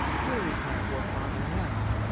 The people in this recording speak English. where is my poor father now?